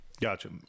Gotcha